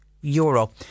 euro